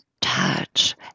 touch